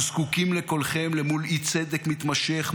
אנחנו זקוקים לקולכם למול אי-צדק מתמשך,